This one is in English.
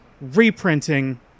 reprinting